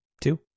Two